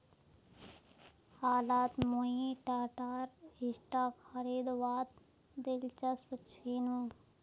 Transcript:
हालत मुई टाटार स्टॉक खरीदवात दिलचस्प छिनु